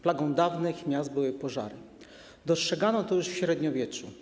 Plagą dawnych miast były pożary, dostrzegano to już w średniowieczu.